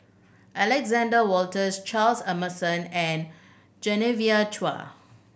Alexander Wolters Charles Emmerson and Genevieve Chua